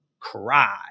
Cry